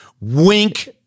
Wink